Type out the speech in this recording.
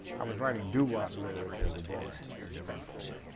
i was writing doo-wop lyrics as a boy, as a youngster, yeah.